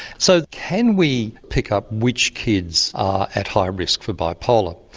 so can we pick up which kids are at high risk for bipolar?